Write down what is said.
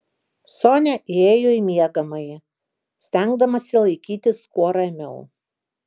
sonia įėjo į miegamąjį stengdamasi laikytis kuo ramiau